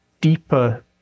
deeper